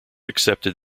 accepted